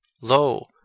lo